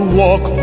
walk